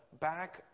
back